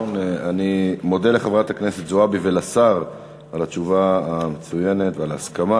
אני מודה לחברת הכנסת זועבי ולשר על התשובה המצוינת ועל ההסכמה.